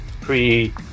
pre